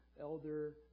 elder